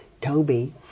Toby